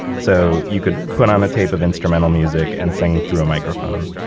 so you could put on a tape of instrumental music and sing through a microphone,